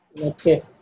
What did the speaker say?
Okay